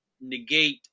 negate